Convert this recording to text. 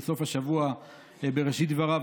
חבריי חברי הכנסת,